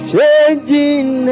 changing